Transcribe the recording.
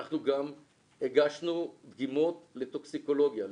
אנחנו גם הגשנו דגימות לטוקסיקולוגיה,